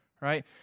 right